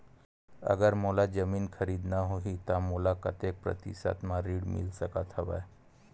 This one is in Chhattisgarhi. अगर मोला जमीन खरीदना होही त मोला कतेक प्रतिशत म ऋण मिल सकत हवय?